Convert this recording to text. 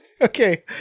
Okay